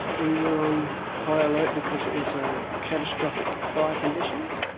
we were on high alert because it was ah catastrophic fire conditions.